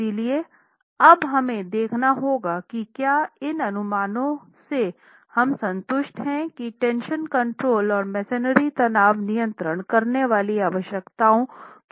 इसलिए अब हमें देखना होगा कि क्या इन अनुमानों से हम संतुष्ट हैं की टेंशन कंट्रोल और मेसनरी तनाव नियंत्रित करने वाली आवश्यकताओं के भीतर है